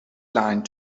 line